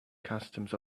customs